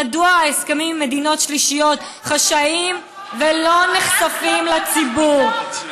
מדוע ההסכמים עם מדינות שלישיות חשאיים ולא נחשפים לציבור?